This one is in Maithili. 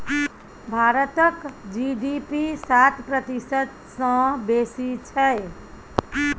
भारतक जी.डी.पी सात प्रतिशत सँ बेसी छै